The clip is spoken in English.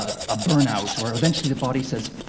a burnout, or eventually the body says,